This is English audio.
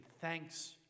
thanks